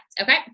okay